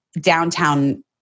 downtown